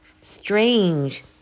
Strange